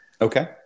Okay